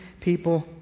people